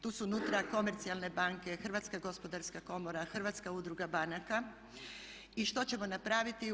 Tu su unutra komercijalne banke, Hrvatska gospodarska komora, Hrvatska udruga banaka i što ćemo napraviti?